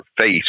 face